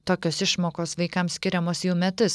tokios išmokos vaikams skiriamos jau metus